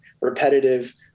repetitive